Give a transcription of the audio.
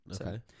Okay